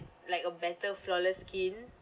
like a better flawless skin